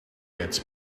gets